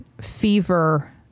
fever